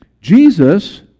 Jesus